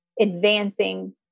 advancing